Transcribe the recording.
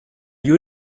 yuri